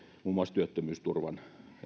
muun muassa työttömyysturvan